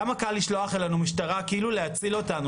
כמה קל לשלוח אלינו משטרה, כאילו להציל אותנו.